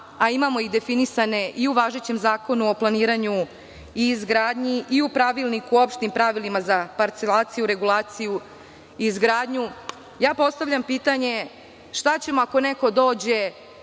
a imamo ih definisane i u važećem Zakonu o planiranju i izgradnji i u Pravilniku o opštim pravilima za parcelaciju, regulaciju i izgradnju, postavljam pitanje – šta ćemo ako neko dođe